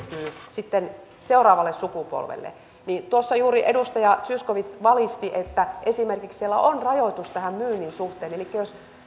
sitten seuraavalle sukupolvelle niin tuossa juuri edustaja zyskowicz valisti että esimerkiksi siellä on rajoitus tämän myynnin suhteen jos